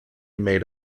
made